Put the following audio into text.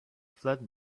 flood